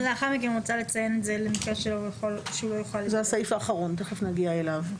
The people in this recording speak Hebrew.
זה הסעיף האחרון ותיכף נגיע אליו.